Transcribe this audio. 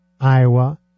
Iowa